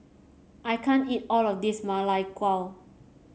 I can't eat all of this Ma Lai Gao